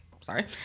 Sorry